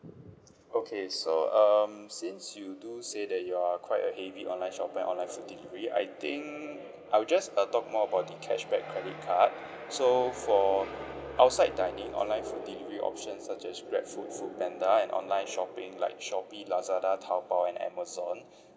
okay so um since you do say that you're uh quite a heavy online shopper and online food delivery I think I'll just uh talk more about the cashback credit card so for outside dining online food delivery options such as grabfood foodpanda and online shopping like shopee lazada Taobao and Amazon